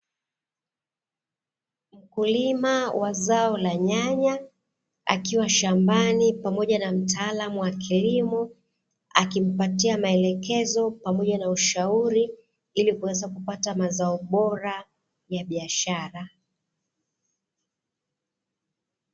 Mkulima wa zao la nyanya bakiwa shambani pamoja na mtaalamu wa kilimo, akimpatia maelekezo pamoja na ushauri pamoja na maelekezo ili kuweza kumshauri kupata mazao Bora ya biashara.